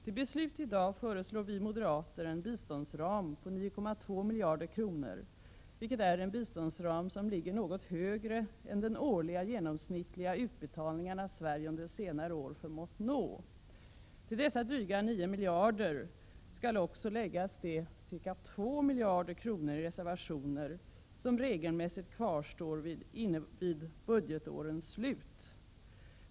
Vi moderater föreslår att riksdagen beslutar om en biståndsram på 9,2 miljarder kronor, vilket är en biståndsram som är något högre än de årliga genomsnittliga utbetalningar som Sverige under senare år förmått nå. Till dessa dryga 9 miljarder kronor skall också läggas de ca 2 miljarder kronor i reservationer som regelmässigt kvarstår vid budgetårens slut.